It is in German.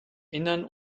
innern